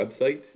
website